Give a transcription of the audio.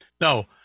no